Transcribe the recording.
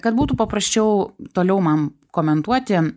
kad būtų paprasčiau toliau man komentuoti